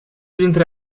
dintre